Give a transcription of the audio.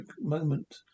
moment